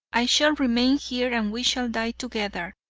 i shall remain here and we shall die together.